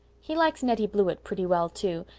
he likes nettie blewett pretty well, too,